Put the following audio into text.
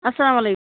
اسلام وعلی